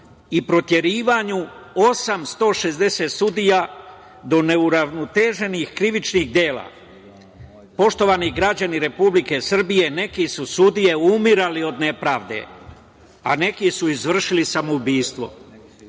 i proterivanju 860 sudija, do neuravnoteženih krivičnih dela. Poštovani građani Republike Srbije neke su sudije umirali od nepravde, a neki su izvršili samoubistvo.